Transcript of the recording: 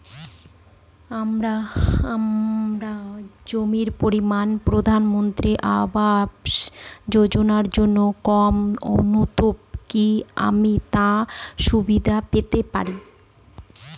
আমার জমির পরিমাণ প্রধানমন্ত্রী আবাস যোজনার জন্য কম তবুও কি আমি তার সুবিধা পেতে পারি?